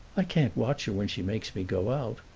i can't watch her when she makes me go out.